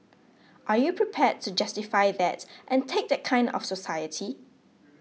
are you prepared to justify that and take that kind of society